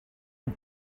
amb